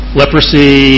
leprosy